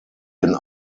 den